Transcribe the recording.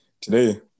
Today